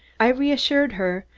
i reassured her,